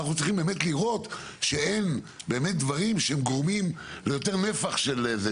אנחנו צריכים באמת לראות שאין באמת דברים שגורמים ליותר נפח של פסולת,